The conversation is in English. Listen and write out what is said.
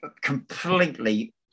completely